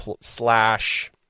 slash –